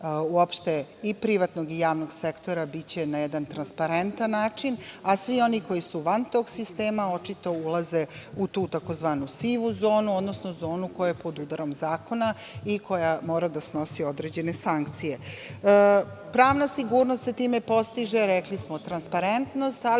uopšte i privatnog i javnog sektora će biti na jedan transparentan način, a svi oni koji su van tog sistema ulaze u tu tzv. sivu zonu, odnosno zonu koja je pod udarom zakona i koja mora da snosi određene sankcije. Pravna sigurnost se time postiže, zatim transparentnost,